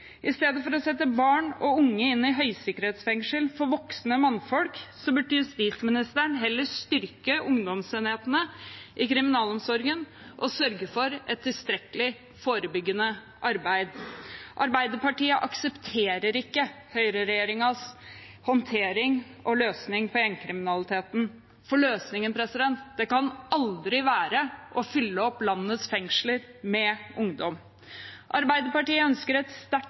å sette barn og unge inn i høysikkerhetsfengsler for voksne mannfolk burde justisministeren styrke ungdomsenhetene i kriminalomsorgen og sørge for et tilstrekkelig forebyggende arbeid. Arbeiderpartiet aksepterer ikke høyreregjeringens håndtering og løsning på gjengkriminaliteten, for løsningen kan aldri være å fylle opp landets fengsler med ungdom. Arbeiderpartiet ønsker et sterkt